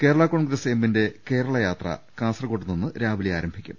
കേരള കോൺഗ്രസ് എമ്മിന്റെ കേരള യാത്ര കാസർകോട്ട്നിന്ന് രാവിലെ ആരംഭിക്കും